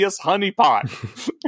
honeypot